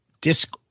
disc